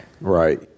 Right